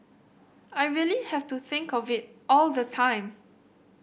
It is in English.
I really have to think of it all the time